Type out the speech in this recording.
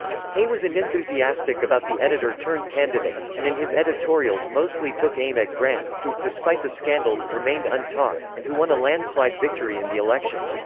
hay was unenthusiastic about the editor-turned-candidate, and in his editorials mostly took aim at grant, who, despite the scandals, remained untarred, and who won a landslide victory in the election.